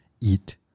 eat